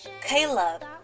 Caleb